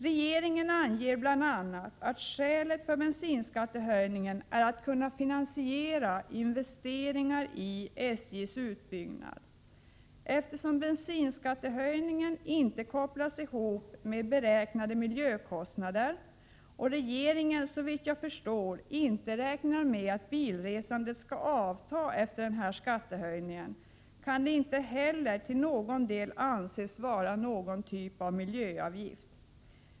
Regeringen anger bl.a. att skälet till bensinskattehöjningen är att man skall kunna finansiera investeringar i SJ:s utbyggnad. Eftersom bensinskattehöjningen inte kopplas ihop med beräknade miljökostnader och regeringen såvitt jag förstår inte räknar med att bilresandet skall avta efter denna skattehöjning, kan den dessutom inte till någon del anses vara en typ av miljöavgift.